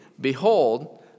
Behold